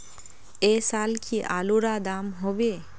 ऐ साल की आलूर र दाम होबे?